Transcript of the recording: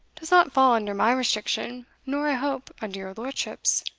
does not fall under my restriction, nor, i hope, under your lordship's.